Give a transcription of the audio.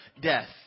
death